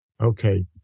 Okay